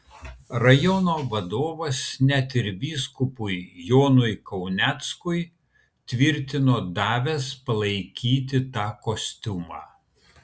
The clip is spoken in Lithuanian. rajono vadovas net ir vyskupui jonui kauneckui tvirtino davęs palaikyti tą kostiumą